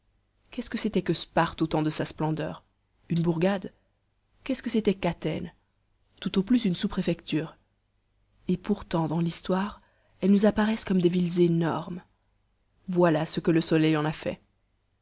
qu'est-ce que c'était que sparte aux temps de sa splendeur une bourgade qu'est ce que c'était qu'athènes tout au plus une sous-préfecture et pourtant dans l'histoire elles nous apparaissent comme des villes énormes voilà ce que le soleil en a fait